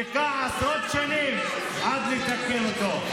ייקח עשרות שנים לתקן אותו.